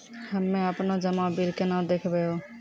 हम्मे आपनौ जमा बिल केना देखबैओ?